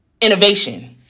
innovation